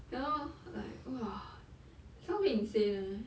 ya lor like !wah! sounds very insane eh